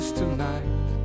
tonight